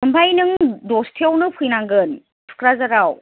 ओमफ्राय नों दसथायावनो फैनांगोन थुक्राझाराव